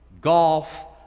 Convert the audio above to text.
Golf